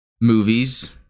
movies